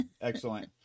Excellent